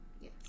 Yes